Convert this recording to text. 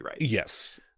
Yes